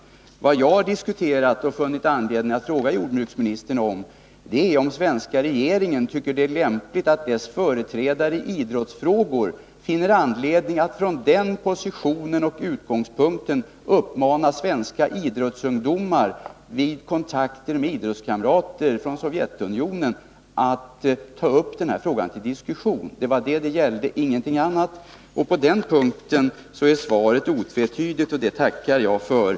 Vad jag har diskuterat och funnit anledning att fråga jordbruksministern om är om den svenska regeringen anser det lämpligt att dess företrädare i idrottsfrågor finner anledning att från den positionen och utgångspunkten uppmana svenska idrottsungdomar vid kontakter med idrottskamrater från Sovjetunionen att ta upp den här frågan till diskussion. Det var det min fråga gällde — ingenting annat. På den punkten är svaret otvetydigt, och det tackar jag för.